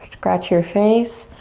scratch your face,